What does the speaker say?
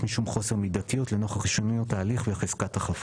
משום חוסר מידתיות לנוכח ראשוניות התהליך וחזקת החפות.